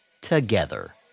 together